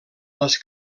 les